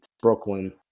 Brooklyn